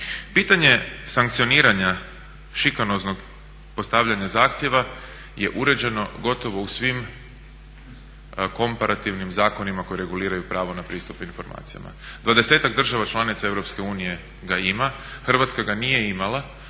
Pitanje sankcioniranja šikanoznog postavljanja zahtjeva je uređeno gotovo u svim komparativnim zakonima koje reguliraju pravo na pristup informacijama. 20-ak država članica Europske unije ga ima, Hrvatska ga nije imala